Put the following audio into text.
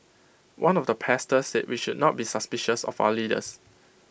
one of the pastors said we should not be suspicious of our leaders